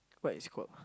what it's called